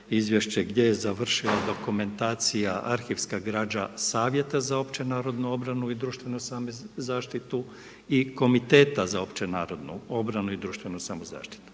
gdje je završila dokumentacija, arhivska građa Savjeta za općenarodnu obranu i društvenu zaštitu i Komiteta za opće narodnu obranu i društvenu samozaštitu.